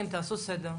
גם אני מאוד מצטער.